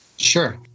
Sure